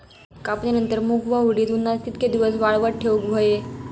कापणीनंतर मूग व उडीद उन्हात कितके दिवस वाळवत ठेवूक व्हये?